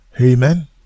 Amen